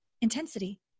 intensity